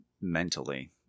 mentally